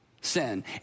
sin